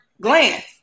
glance